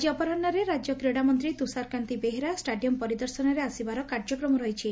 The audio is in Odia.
ଆଜି ଅପରାହୁରେ ରାକ୍ୟ କ୍ରୀଡ଼ାମନ୍ତୀ ତୁଷାରକାନ୍ତି ବେହେରା ଷ୍ଟାଡିୟମ ପରିଦର୍ଶନରେ ଆସିବାର କାର୍ଯ୍ୟକ୍ରମ ରହିଛି